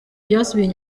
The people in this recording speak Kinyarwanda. byasubiye